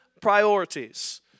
priorities